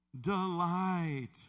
Delight